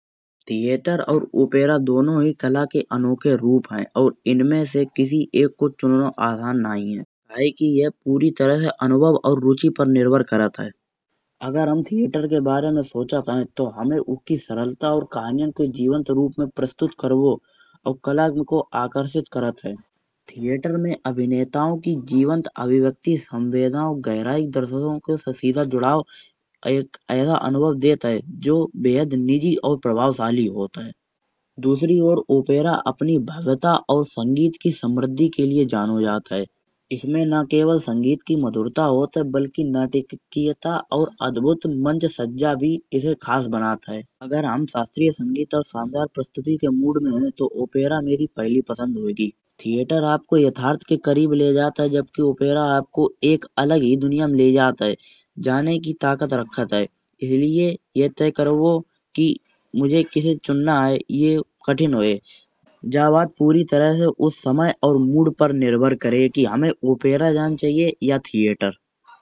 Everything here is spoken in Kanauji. थिएटर और ओपेरा दोनों ही तल्हा के अनोखे रूप हैं और इनमें से किसी एक को चुनना आसान नहीं है। कायकेई ये पूरी तरह से अनुभव और रुचि पर निर्भर करत है। अगर हम थिएटर के बारे में सोचत हैं तो हमें उकी सरलता और कहानियाँ को जीवन स्वरूप में प्रस्तुत करबो और कला को आकर्षित करत है। थिएटर में अभिनेताओ की जीवन्त अभिव्यक्ति संवेदनाओ, गहराई और दर्शकों से सीधा जुड़ाव ऐसा अनुभव देत है। जो बेहद नीजी और प्रभावशाली होत है। दूसरी ओर ओपेरा अपनी भव्यता और संगीत की समृद्धि के लिए जानी जात है। इसमे ना केवल संगीत की मधुरता होत है बल्कि और अदभुत इसे खास बांटत है। अगर हुमा शास्त्रीय संगीत और संद्रा प्रस्तुति के मूड में है तो ओपेरा मेरी पसंद होयेगी थिएटर आपको यथार्थ के करीब ले जाता। जबकि ओपेरा आपको एक अलग ही दुनिया में ले जात है। जाने की ताकत रखत है इसलिये ये तय करो गाओ मुझे किसे चुनना है। ये कठिन होये जा बात पूरी तरह से उस समय और मूड पर निर्भर करये की हमें ओपेरा जान चाहिए या थिएटर।